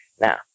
Now